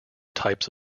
types